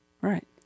Right